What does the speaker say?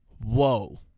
whoa